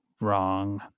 wrong